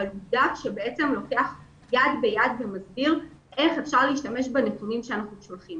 דף שבעצם לוקח יד ביד ומסביר איך אפשר להשתמש בנתונים אנחנו שולחים.